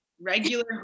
regular